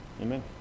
amen